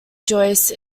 joyce